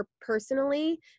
personally